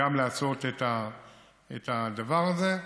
גם לעשות את הדבר הזה.